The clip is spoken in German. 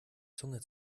zunge